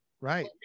Right